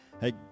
Hey